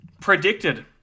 predicted